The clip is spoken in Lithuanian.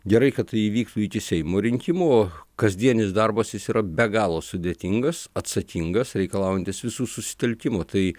gerai kad tai įvyktų iki seimo rinkimų kasdienis darbas jis yra be galo sudėtingas atsakingas reikalaujantis visų susitelkimo tai